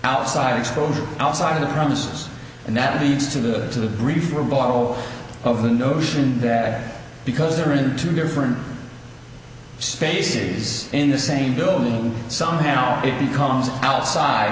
outside exposure outside of the promise and that leads to the grief were bottle of the notion that because they were in two different spaces in the same building somehow it becomes outside